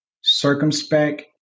circumspect